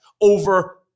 over